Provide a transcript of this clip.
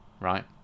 right